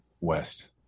West